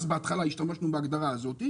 אז בהתחלה השתמשנו בהגדרה הזאת.